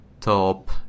top